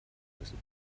müssen